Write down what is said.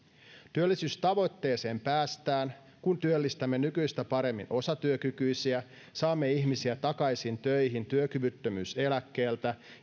työllisyystavoitteeseen päästään kun työllistämme nykyistä paremmin osatyökykyisiä saamme ihmisiä takaisin töihin työkyvyttömyyseläkkeeltä